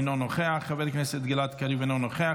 אינו נוכח, חבר הכנסת גלעד קריב, אינו נוכח,